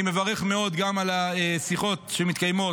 אני מברך מאוד גם על השיחות שמתקיימות